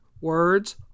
words